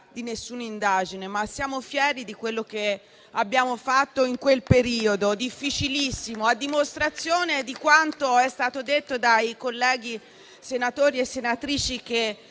di nessuna indagine, ma siamo fieri di quello che abbiamo fatto in quel periodo difficilissimo, com'è stato detto dai colleghi senatori e senatrici che